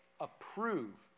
approve